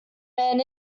man